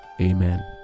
amen